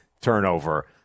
turnover